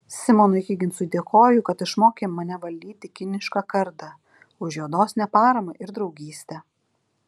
simonui higginsui dėkoju kad išmokė mane valdyti kinišką kardą už jo dosnią paramą ir draugystę